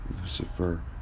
Lucifer